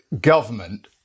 government